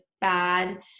bad